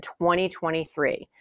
2023